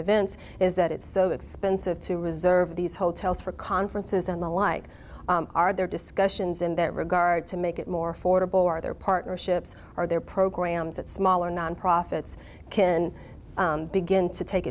events is that it's so expensive to reserve these hotels for conferences and the like are there discussions in that regard to make it more affordable or are there partnerships are there programs that smaller nonprofits can begin to take